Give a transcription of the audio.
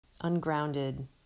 ungrounded